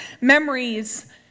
memories